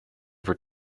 for